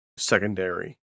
Secondary